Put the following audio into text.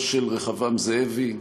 לא של רחבעם זאבי,